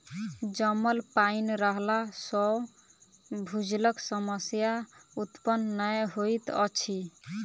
जमल पाइन रहला सॅ भूजलक समस्या उत्पन्न नै होइत अछि